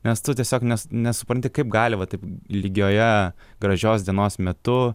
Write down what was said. nes tu tiesiog nes nesupranti kaip gali va taip lygioje gražios dienos metu